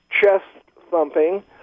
chest-thumping